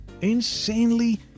insanely